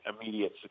immediate